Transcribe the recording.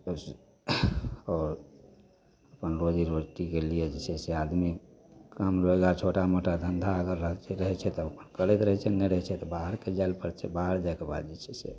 तब की आओर अपन रोजी रोटीके लिये जे छै से आदमी काम लेला छोटा मोटा धन्धा अगर रहै छै तऽ ओ अपन करैत रहै छै नहि रहै छै तऽ बाहर कऽ जाइ लए पड़ैत छै बाहर जाइके बाद जे छै से